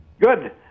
good